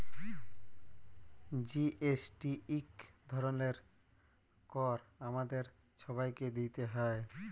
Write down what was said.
GST ইক ধরলের কর আমাদের ছবাইকে দিইতে হ্যয়